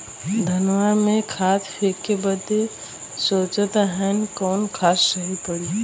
धनवा में खाद फेंके बदे सोचत हैन कवन खाद सही पड़े?